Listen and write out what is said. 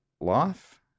life